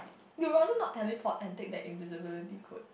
you rather not teleport and take that invisibility coat